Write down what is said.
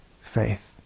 faith